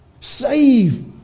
Save